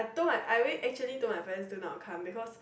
I told my I really actually told my parents do not come because